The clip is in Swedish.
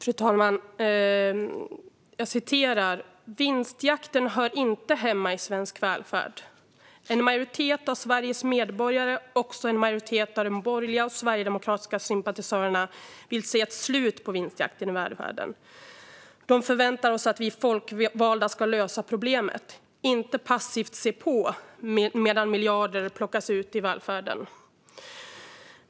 Fru talman! Jag ska läsa upp något: Vinstjakten hör inte hemma i svensk välfärd. En majoritet av Sveriges medborgare och också en majoritet av de borgerliga och sverigedemokratiska sympatisörerna vill se ett slut på vinstjakten i välfärden. De förväntar sig att vi folkvalda ska lösa problemet, inte passivt se på medan miljarder plockas ut i välfärden.